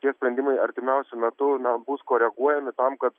tie sprendimai artimiausiu metu na bus koreguojami tam kad